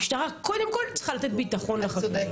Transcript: המשטרה קודם כל צריכה לתת ביטחון לחקלאים.